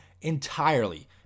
entirely